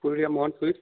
Purulia Mohan sweets